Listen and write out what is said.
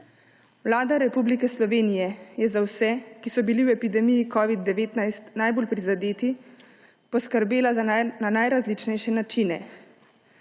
Vlada Republike Slovenije je za vse, ki so bili v epidemiji covida-109 najbolj prizadeti, poskrbela na najrazličnejše načine.